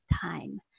time